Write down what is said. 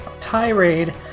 tirade